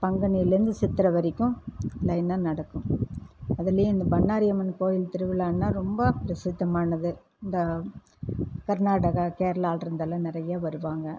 பங்குனியிலேருந்து சித்திரை வரைக்கும் லைனாக நடக்கும் அதிலையும் அந்த பண்ணாரி அம்மன் கோயில் திருவிழானா ரொம்ப பிரசித்தமானது இந்த கர்நாடகா கேரளா ஆட்ரலேர்ந்தெல்லாம் நிறைய வருவாங்க